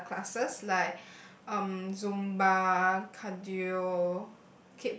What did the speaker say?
uh classes like um zumba cardio